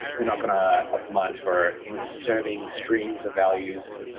they're not going to optimize for inserting streams of values.